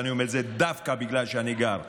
ואני אומר את זה דווקא בגלל שאני גר בנגב.